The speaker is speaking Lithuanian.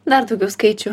dar daugiau skaičių